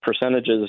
percentages